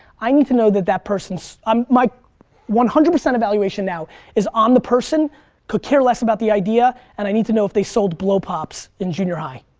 i need to know that that person's, um my one hundred percent evaluation now is on the person could care less about the idea and i need to know if they sold blow-pops in junior high.